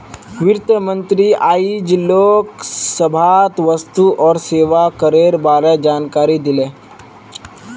वित्त मंत्री आइज लोकसभात वस्तु और सेवा करेर बारे जानकारी दिले